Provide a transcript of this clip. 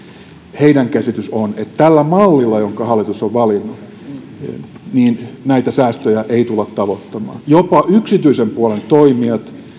heidän käsityksensä on että tällä mallilla jonka hallitus on valinnut näitä säästöjä ei tulla tavoittamaan jopa yksityisen puolen toimijat